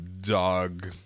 dog